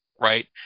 right